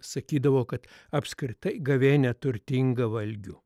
sakydavo kad apskritai gavėnia turtinga valgių